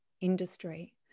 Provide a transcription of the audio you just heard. industry